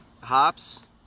hops